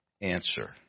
answer